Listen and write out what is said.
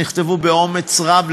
נכתבו באומץ רב,